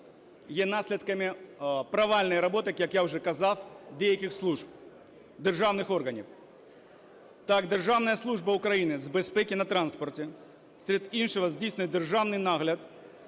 є наслідком провальної роботи, як я вже казав, деяких служб, державних органів. Так, Державна служба України з безпеки на транспорті серед іншого здійснює державний нагляд